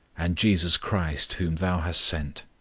and jesus christ, whom thou hast sent.